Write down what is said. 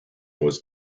was